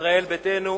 ישראל ביתנו,